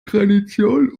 tradition